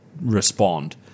respond